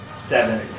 Seven